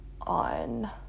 on